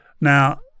Now